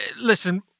listen